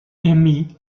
amy